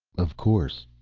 of course.